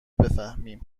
بفهمیم